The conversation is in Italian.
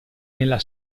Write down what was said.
nella